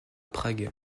prague